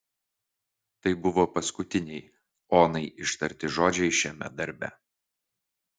tai buvo paskutiniai onai ištarti žodžiai šiame darbe